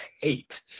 hate